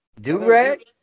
Do-rag